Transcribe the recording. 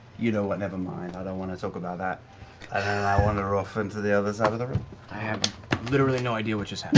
you know what, never mind. i don't want to talk about that. and i wander off into the other side of the room. will i have literally no idea what just